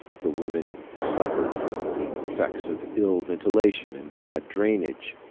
the women suffered from the effects of ill ventilation and bad drainage,